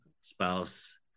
spouse